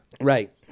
Right